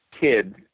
kid